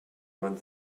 man